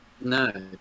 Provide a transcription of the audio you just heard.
No